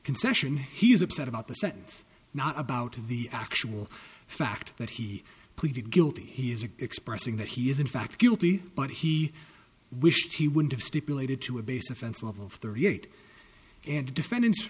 concession he is upset about the sentence not about the actual fact that he pleaded guilty he is it expressing that he is in fact guilty but he wished he would have stipulated to a base offense level thirty eight and the defendant